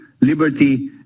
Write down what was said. liberty